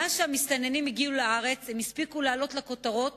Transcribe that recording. מאז הגיעו המסתננים לארץ הם הספיקו לעלות לכותרות